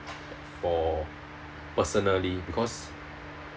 for personally because